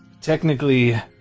technically